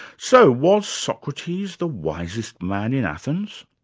so was socrates the wisest man in athens?